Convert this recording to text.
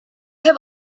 have